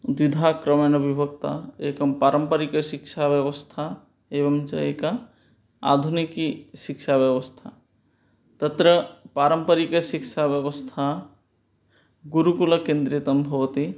द्विधा क्रमेण विभक्ता एकं पारम्परिकशिक्षाव्यवस्था एवं च एका आधुनिकी शिक्षाव्यवस्था तत्र पारम्परिकशिक्षाव्यवस्था गुरुकुलकेन्द्रितं भवति